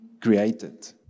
created